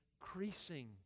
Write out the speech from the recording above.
increasing